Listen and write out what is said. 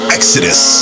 Exodus